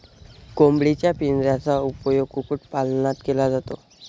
कोंबडीच्या पिंजऱ्याचा उपयोग कुक्कुटपालनात केला जातो